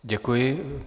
Děkuji.